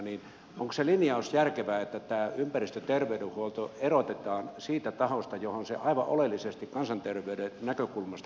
onko se linjaus järkevä että tämä ympäristöterveydenhuolto erotetaan siitä tahosta johon se aivan oleellisesti kansanterveyden näkökulmasta kuuluu